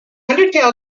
undertail